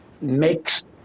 makes